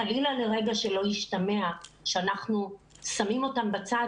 חלילה לרגע שלא ישתמע שאנחנו שמים אותם בצד,